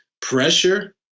pressure